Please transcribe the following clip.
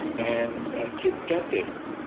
and kids get this.